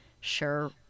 sure